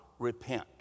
repent